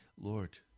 Lord